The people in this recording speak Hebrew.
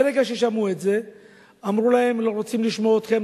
ברגע ששמעו את זה אמרו להם: לא רוצים לשמוע אתכם,